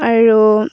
আৰু